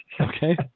Okay